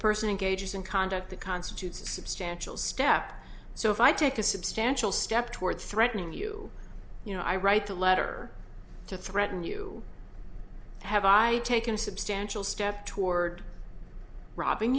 person engages in conduct that constitutes a substantial step so if i take a substantial step toward threatening you you know i write a letter to threaten you have i taken substantial step toward robbing